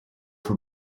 for